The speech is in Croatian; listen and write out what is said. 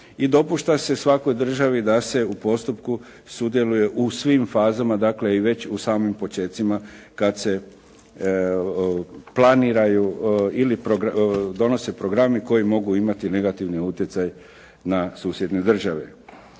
dopušta se svakoj državi da se u postupku sudjeluje u svim fazama dakle i već u samim počecima kad se planiraju ili donose programi koji mogu imati negativne utjecaje na susjedne države.